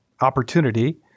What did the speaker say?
opportunity